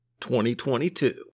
2022